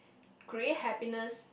create happiness